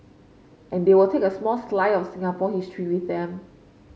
and they will take a small slice of Singapore history with them